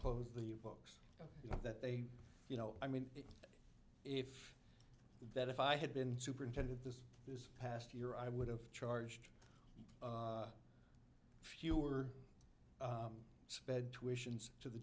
close the books that they you know i mean if that if i had been superintendent this this past year i would have charged fewer sped tuitions to the